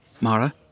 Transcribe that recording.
Mara